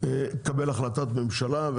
לקבל החלטת ממשלה.